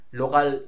local